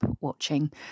watching